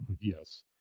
yes